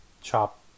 chop